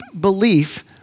belief